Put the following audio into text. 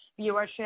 viewership